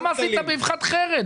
למה עשית באבחת חרב?